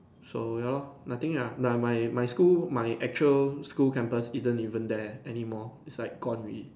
so ya lor nothing ah the my my school my actual school campus isn't even there any more it's like gone already